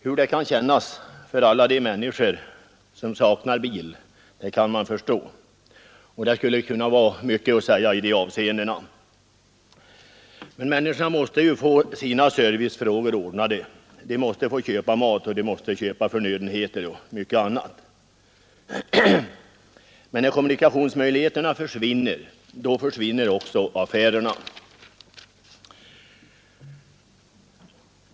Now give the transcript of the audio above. Hur det kan kännas för alla de människor som saknar bil kan man förstå, och det skulle kunna vara mycket att säga i det avseendet. Människorna måste ju få sina servicefrågor ordnade, de måste få köpa mat och många andra förnödenheter. Men när kommunikationsmöjligheterna försvinner, då försvinner också affärerna.